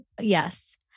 Yes